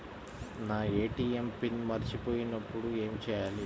నా ATM PIN మరచిపోయినప్పుడు ఏమి చేయాలి?